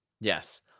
Yes